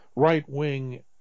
right-wing